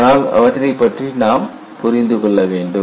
ஆனால் அவற்றைப் பற்றி நாம் புரிந்து கொள்ள வேண்டும்